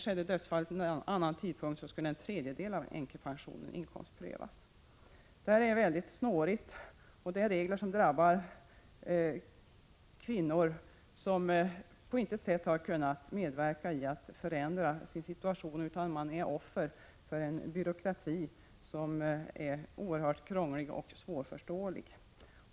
Hade dödsfallet ägt rum vid en annan tidpunkt, skulle en tredjedel av änkepensionen inkomstprövas. Detta är mycket snårigt. Reglerna drabbar kvinnor som på intet sätt har kunnat medverka till en ändring av sin situation. De är offer för en byråkrati som är oerhört krånglig och svårförståelig.